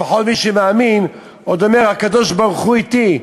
לפחות מי שמאמין עוד אומר: הקדוש-ברוך-הוא אתי.